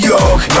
York